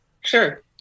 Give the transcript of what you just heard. Sure